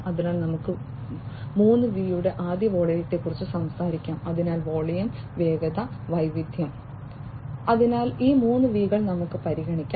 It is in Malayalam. അതിനാൽ നമുക്ക് 3 V യുടെ ആദ്യ വോള്യത്തെക്കുറിച്ച് സംസാരിക്കാം അതിനാൽ വോളിയം വേഗത വൈവിധ്യം അതിനാൽ ഈ 3 V കൾ നമുക്ക് പരിഗണിക്കാം